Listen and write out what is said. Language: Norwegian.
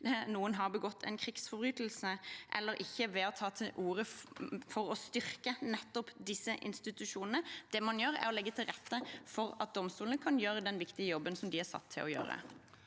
noen har begått en krigsforbrytelse eller ikke ved å ta til orde for å styrke nettopp disse institusjonene. Det man gjør, er å legge til rette for at domstolene kan gjøre den viktige jobben de er satt til å gjøre.